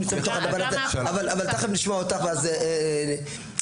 אבל תיכף נשמע, אז תודה.